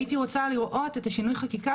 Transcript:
הייתי רוצה לראות את שינוי החקיקה,